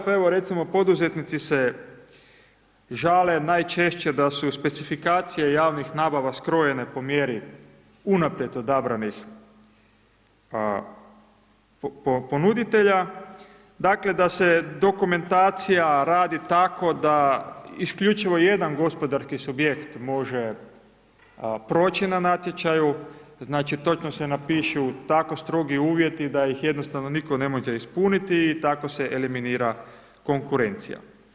Pa evo recimo poduzetnici se žale najčešće da su specifikacije javnih nabava skrojene po mjeri unaprijed odabranih ponuditelja, dakle da se dokumentacija radi tako da isključivo jedan gospodarski subjekt može proći na natječaju, znači točno se napišu tako strogi uvjeti da ih jednostavno nitko ne može ispuniti i tako se eliminira konkurencija.